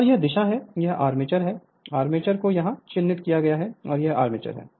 और यह दिशा है यह आर्मेचर है आर्मेचर को यहाँ चिह्नित किया गया है यह आर्मेचर है